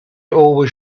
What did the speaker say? always